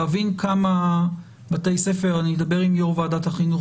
להבין כמה בתי ספר אני אדבר עם יושב-ראש ועדת החינוך